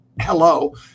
hello